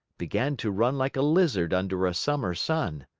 began to run like a lizard under a summer sun.